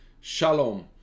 Shalom